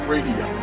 Radio